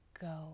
go